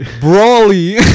Brawly